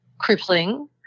crippling